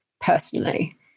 personally